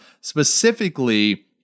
Specifically